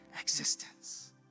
existence